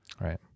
Right